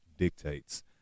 dictates